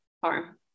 farm